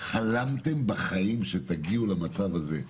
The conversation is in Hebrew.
חלמתם בחיים שתגיעו למצב הזה,